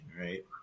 right